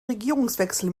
regierungswechsel